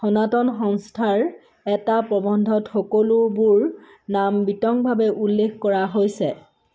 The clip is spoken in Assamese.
সনাতন সংস্থাৰ এটা প্ৰবন্ধত সকলোবোৰ নাম বিতংভাৱে উল্লেখ কৰা হৈছে